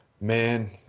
man